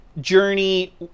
journey